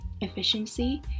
efficiency